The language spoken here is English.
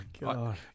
God